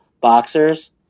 boxers